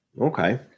Okay